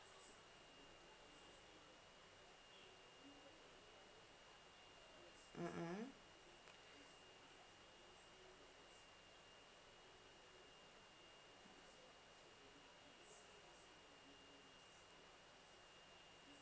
mm mm